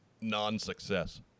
non-success